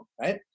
right